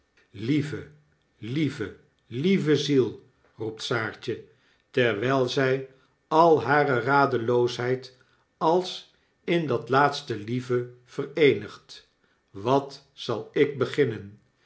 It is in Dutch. lieve lieve lieve ziel roept saartje terwyl zy al hare radeloosheid als in dat laatste lieve vereenigt wat zal ik beginnen